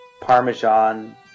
parmesan